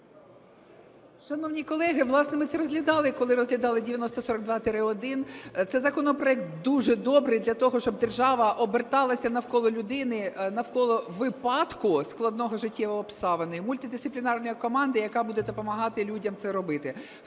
Шановні колеги, власне, ми це розглядали, коли розглядали 9042-1. Цей законопроект дуже добрий для того, щоб держава оберталася навколо людини, навколо випадку складної життєвої обставини мультидисциплінарною командою, яка буде допомагати людям це робити.